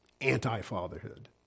anti-fatherhood